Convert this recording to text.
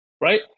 Right